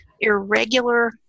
irregular